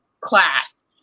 class